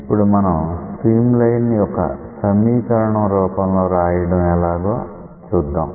ఇప్పుడు మనం streamline ని ఒక సమీకరణం రూపంలో రాయడం ఎలాగో చూద్దాం